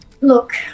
look